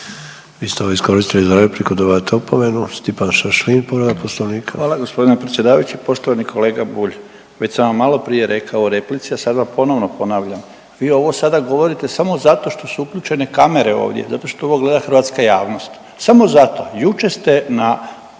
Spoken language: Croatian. Vi ste ovo iskoristili za repliku. Dobivate opomenu. Stipan Šašlin povreda Poslovnika. **Šašlin, Stipan (HDZ)** Hvala gospodine predsjedavajući, poštovani kolega Bulj. Već sam vam malo prije rekao u replici, a sad vam ponovno ponavljam. Vi ovo sada govorite samo zato što su uključene kamere ovdje, zato što ovo gleda hrvatska javnost, samo zato. Jučer ste na